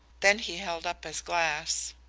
then he held up his glass.